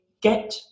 get